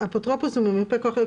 ממושכת,